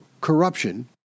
corruption